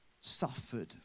suffered